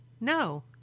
No